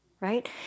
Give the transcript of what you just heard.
right